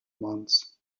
months